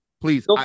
please